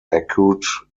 acute